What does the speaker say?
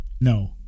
No